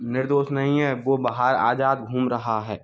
निर्दोष नहीं है वो बाहर आजाद घूम रहा है